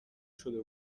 شده